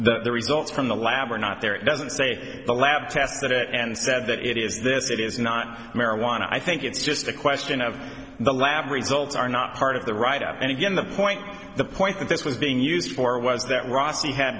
not the results from the lab are not there it doesn't say the lab tests that it and said that it is this it is not marijuana i think it's just a question of the lab results are not part of the write up and again the point the point that this was being used for was that rossi had